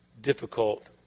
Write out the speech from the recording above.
difficult